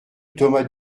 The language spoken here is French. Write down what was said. thomas